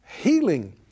Healing